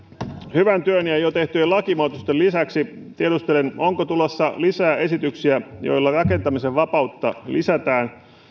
hyvän työn ja jo tehtyjen lakimuutosten lisäksi tulossa lisää esityksiä joilla rakentamisen vapautta lisätään